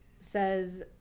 says